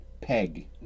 peg